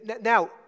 Now